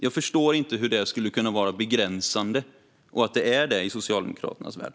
Jag förstår inte hur det skulle kunna vara begränsande. Jag förstår inte att det är det i Socialdemokraternas värld.